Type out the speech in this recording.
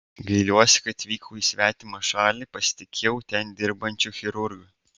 gailiuosi kad vykau į svetimą šalį pasitikėjau ten dirbančiu chirurgu